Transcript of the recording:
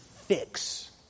fix